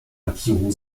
markierungen